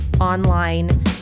online